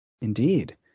Indeed